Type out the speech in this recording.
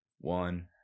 One